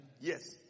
Yes